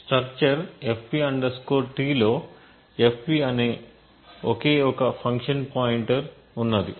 structure fp t లో fp అనే ఒకే ఒక ఫంక్షన్ పాయింటర్ ఉన్నది